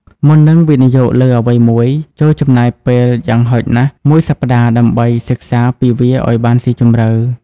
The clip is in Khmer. មុននឹងវិនិយោគលើអ្វីមួយ ចូរចំណាយពេលយ៉ាងហោចណាស់មួយសប្តាហ៍ដើម្បីសិក្សាពីវាឱ្យបានស៊ីជម្រៅ។